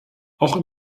auch